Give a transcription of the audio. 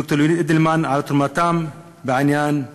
ד"ר ליאוניד אידלמן, על תרומתם בעניין הזה.